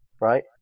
right